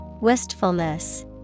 Wistfulness